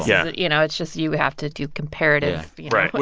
yeah you know, it's just you have to do comparative. yeah right.